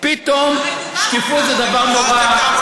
פתאום שקיפות זה דבר נורא,